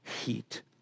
heat